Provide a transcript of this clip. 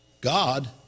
God